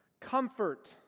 Comfort